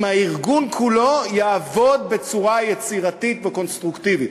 הארגון כולו יעבוד בצורה יצירתית וקונסטרוקטיבית.